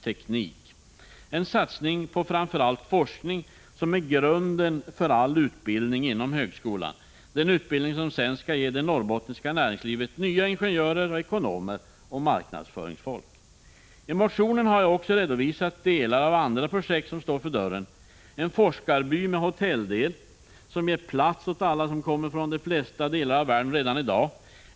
— Prot, 1985/86:108 Det gäller en satsning på framför allt forskning, som är grunden för all 3 april 1986 utbildning inom högskolan, den utbildning som sedan skall ge det norrbottniska näringslivet nya ingenjörer och ekonomer samt marknadsföringsfolk. I motionen har jag också redovisat delar av andra projekt som står för dörren: En forskarby med hotelldel skall ge plats åt alla som kommer från de flesta delar av världen redan i dag.